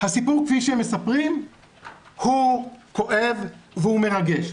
הסיפור כפי שהם מספרים הוא כואב והוא מרגש,